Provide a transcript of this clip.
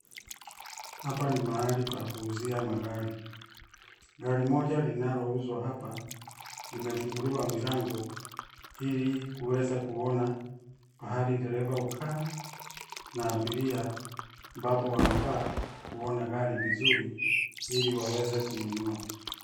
Hapa ni mahali pa kuuzia magari. Gari moja linalouuzwa hapa limefunguliwa milango ili kuweza kuona pahali dereva hukaa na abiria ambapo wanafaa kuona gari vizuri ili waweze kununua.